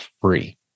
free